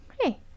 Hey